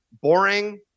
boring